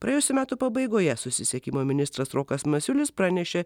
praėjusių metų pabaigoje susisiekimo ministras rokas masiulis pranešė